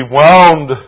wound